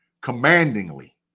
commandingly